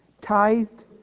tithed